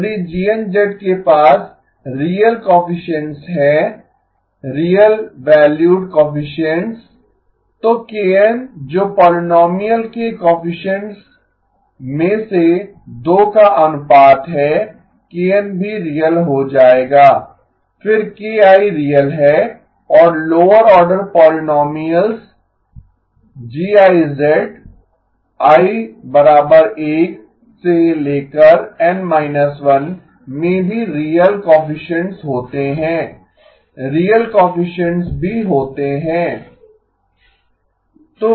यदि GN के पास रीयल कोएफिसिएन्ट्स हैं रीयल वैल्यूड कोएफिसिएन्ट्स तो kN जो पोलीनोमीअल के कोएफिसिएन्ट्स में से दो का अनुपात है kN भी रीयल हो जाएगा फिर ki रीयल हैं और lower order polynomials Gi i 1 N 1 में भी रीयल कोएफिसिएन्ट्स होते हैं रीयल कोएफिसिएन्ट्स भी होते हैं